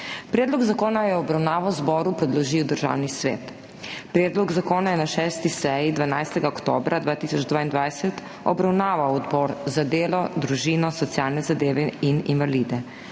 Predlog zakona je v obravnavo zboru predložil Državni svet. Predlog zakona je na 6. seji 12. oktobra 2022 obravnaval Odbor za delo, družino, socialne zadeve in invalide.